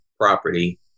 property